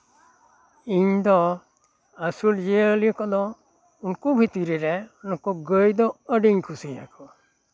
ᱤᱧ ᱫᱚ ᱟᱥᱩᱞ ᱡᱤᱭᱟᱹᱞᱤ ᱠᱚᱫᱚ ᱩᱱᱠᱩ ᱵᱷᱤᱛᱨᱤ ᱨᱮ ᱱᱩᱠᱩ ᱜᱟᱹᱭ ᱫᱚ ᱟᱹᱰᱤᱧ ᱠᱩᱥᱤ ᱟᱠᱚᱣᱟ